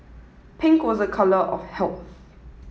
pink was a colour of health